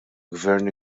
gvern